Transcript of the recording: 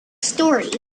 story